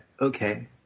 okay